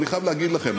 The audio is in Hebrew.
אבל אני חייב להגיד לכם,